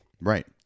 Right